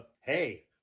hey